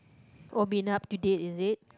oh being up to date is it